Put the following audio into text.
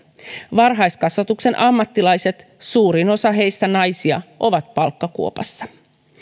varhaiskasvatuksen ammattilaiset suurin osa heistä naisia ovat palkkakuopassa